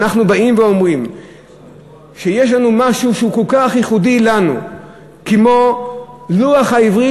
אנחנו באים ואומרים שיש לנו משהו שהוא כל כך ייחודי לנו כמו הלוח העברי,